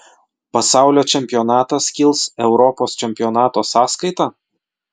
pasaulio čempionatas kils europos čempionato sąskaita